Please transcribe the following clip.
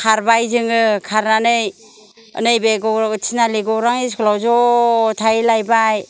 खारबाय जोङो खारनानै नैबे थिनालि गौरां इस्कलाव ज' थाहैलायबाय